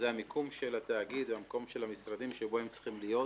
זה המיקום של התאגיד ומקום המשרדים שבו הם צריכים להיות,